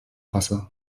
wasser